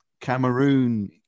Cameroon